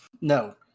no